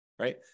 Right